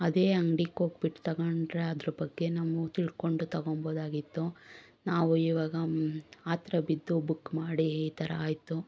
ಅದೇ ಅಂಗಡಿಗೋಗ್ಬಿಟ್ಟು ತಗೊಂಡರೆ ಅದ್ರ ಬಗ್ಗೆ ನಾವು ತಿಳ್ಕೊಂಡು ತಗೊಳ್ಬೋದಾಗಿತ್ತು ನಾವು ಇವಾಗ ಆತುರ ಬಿದ್ದು ಬುಕ್ ಮಾಡಿ ಈ ಥರ ಆಯಿತು